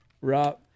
Rob